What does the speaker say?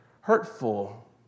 hurtful